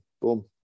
Boom